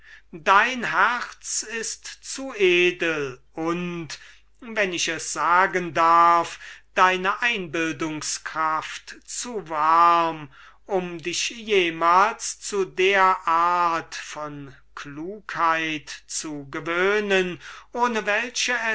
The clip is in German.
dein herz ist zu edel und wenn ich es sagen darf deine einbildungs-kraft zu warm um dich jemals zu der art von klugheit zu gewöhnen ohne welche